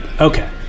Okay